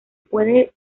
puede